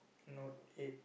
note eight